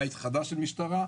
בית חדש של משטרה,